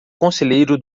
conselheiro